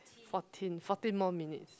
fourteen fourteen more minutes